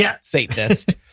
Satanist